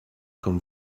comme